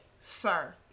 sir